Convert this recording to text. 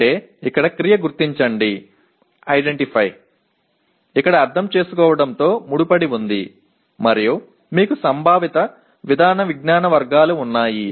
అంటే ఇక్కడ క్రియ గుర్తించండిఐడెంటిఫై ఇక్కడ అర్థం చేసుకోవడంతో ముడిపడి ఉంది మరియు మీకు సంభావిత విధాన విజ్ఞాన వర్గాలు ఉన్నాయి